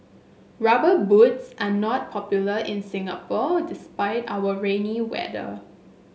rubber boots are not popular in Singapore despite our rainy weather